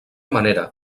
manera